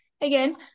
again